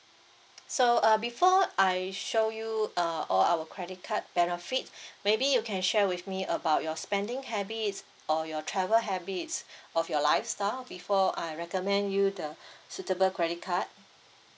so uh before I show you uh all our credit card benefit maybe you can share with me about your spending habits or your travel habits of your lifestyle before I recommend you the suitable credit card